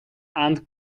and